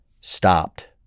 stopped